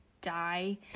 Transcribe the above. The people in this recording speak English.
die